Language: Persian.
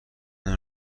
اینو